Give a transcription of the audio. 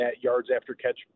yards-after-catch